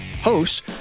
host